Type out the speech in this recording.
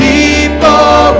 people